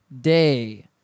day